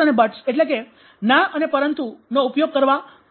અને બટ્સ ના અને પરંતુ not's and buts નો ઉપયોગ કરવા પ્રયત્નશીલ છો